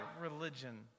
religion